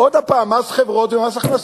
עוד הפעם, מס חברות זה מס הכנסה.